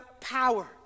power